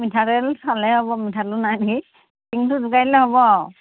মিঠাতেল চালেহে হ'ব মিঠাতেলো নাই নেকি টিঙটো জোকাৰি দিলে হ'ব আৰু